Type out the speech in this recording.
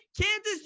Kansas